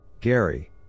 Gary